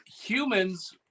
humans